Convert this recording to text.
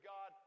God